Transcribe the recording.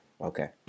Okay